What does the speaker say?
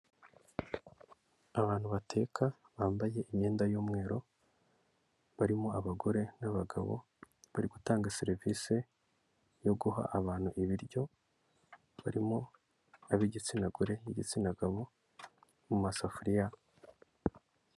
Abantu bateka bambaye imyenda y'umweru barimo abagore n'abagabo bari gutanga serivisi yo guha abantu ibiryo, barimo ab'igitsina gore n'igitsina gabo, mu masafuriya.